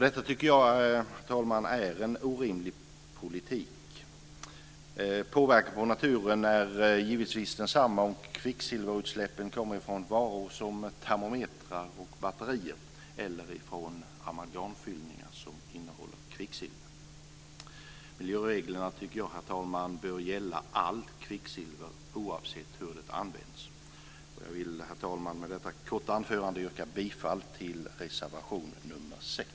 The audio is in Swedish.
Detta tycker jag, herr talman, är en orimlig politik. Påverkan på naturen är givetvis densamma om kvicksilverutsläppen kommer från varor som termometrar och batterier eller från amalgamfyllningar som innehåller kvicksilver. Jag tycker att miljöreglerna bör gälla allt kvicksilver oavsett hur det används. Jag vill, herr talman, med detta korta anförande yrka bifall till reservation nr 6.